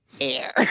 air